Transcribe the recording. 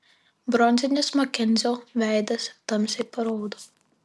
bronzinis makenzio veidas tamsiai paraudo